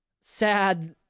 sad